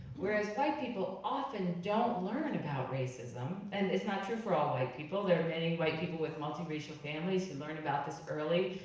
whereas white people often don't learn about racism, and it's not true for all white people, there are many white people with multi-racial families who learn about this early,